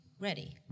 ready